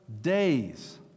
days